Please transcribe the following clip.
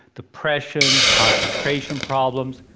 depression, concentration problems,